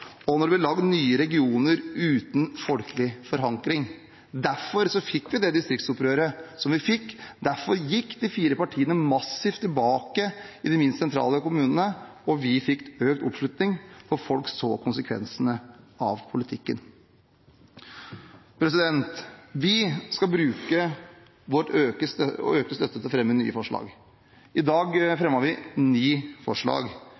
og når det blir lagd nye regioner uten folkelig forankring. Derfor fikk vi det distriktsopprøret som vi fikk, og derfor gikk de fire partiene massivt tilbake i de minst sentrale kommunene. Vi fikk økt oppslutning, for folk så konsekvensene av politikken. Vi skal bruke vår økte støtte til å fremme nye forslag. I dag fremmet vi ni forslag